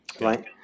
right